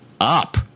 up